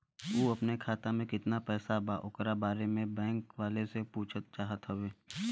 उ अपने खाते में कितना पैसा बा ओकरा बारे में बैंक वालें से पुछल चाहत हवे?